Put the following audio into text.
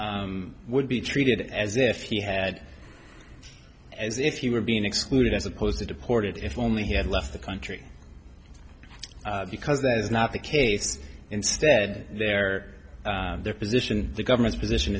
be would be treated as if he had as if you were being excluded as opposed to deported if only he had left the country because that is not the case instead there their position the government's position